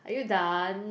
are you done